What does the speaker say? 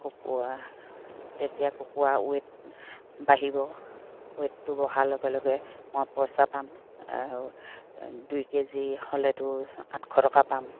কুকুৰা তেতিয়া কুকুৰা ৱেইট বাঢ়িব ৱেটটো বঢ়াৰ লগে লগে মই পইচা পাম দুই কেজি হ'লেতো আঠশ টকা পাম